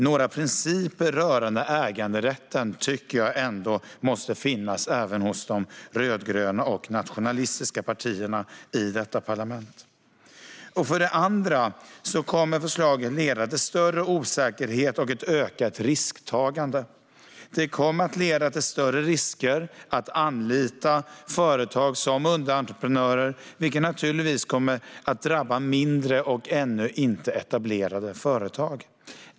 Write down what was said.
Några principer rörande äganderätten måste ändå finnas, även hos de rödgröna och de nationalistiska partierna i detta parlament. För det andra kommer förslaget att leda till större osäkerhet och ett ökat risktagande. Det kommer att leda till större risker med att anlita företag som underentreprenörer. Och det kommer naturligtvis att drabba mindre och ännu inte etablerade företag.